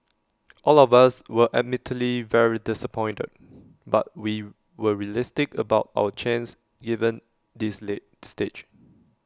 all of us were admittedly very disappointed but we were realistic about our chances given this late stage